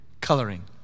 coloring